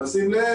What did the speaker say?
לשים לב,